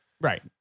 right